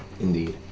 Indeed